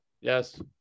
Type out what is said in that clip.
Yes